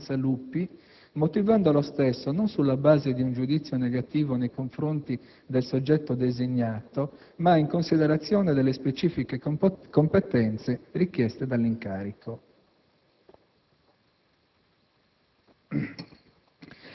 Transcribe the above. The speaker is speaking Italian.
e altrettanto avesse fatto, in precedenza, l'UPI - motivando lo stesso, non sulla base di un giudizio negativo nei confronti del soggetto designato, ma in considerazione delle specifiche competenze richieste dall'incarico.